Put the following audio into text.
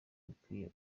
bikwiye